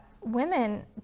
women